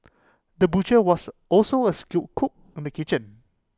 the butcher was also A skilled cook in the kitchen